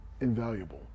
invaluable